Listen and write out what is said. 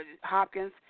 Hopkins